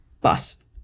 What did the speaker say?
bus